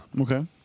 Okay